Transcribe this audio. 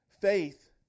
Faith